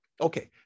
okay